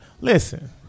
listen